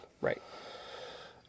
right